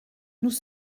nous